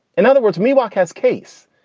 in other words, miwok has case,